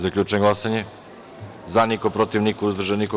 Zaključujem glasanje: za – niko, protiv – niko, uzdržanih – nema.